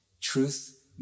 Truth